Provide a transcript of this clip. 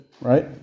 right